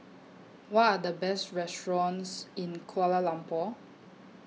What Are The Best restaurants in Kuala Lumpur